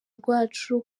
rwacu